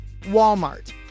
Walmart